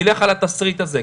נלך על התסריט הזה.